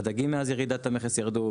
הדגים מאז ירידת המכס ירדו.